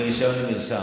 מרישיון למרשם.